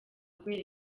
kubera